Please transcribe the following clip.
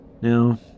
Now